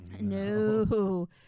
No